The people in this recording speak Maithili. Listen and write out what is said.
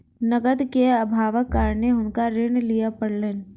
नकद के अभावक कारणेँ हुनका ऋण लिअ पड़लैन